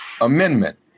Amendment